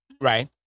Right